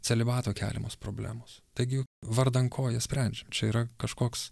celibato keliamos problemos taigi vardan ko jie sprendžia čia yra kažkoks